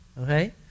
Okay